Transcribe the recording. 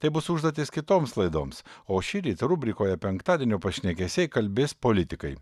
tai bus užduotis kitoms laidoms o šįryt rubrikoje penktadienio pašnekesiai kalbės politikai